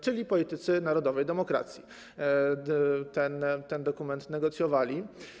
Czyli politycy Narodowej Demokracji ten dokument negocjowali.